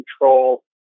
control